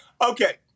Okay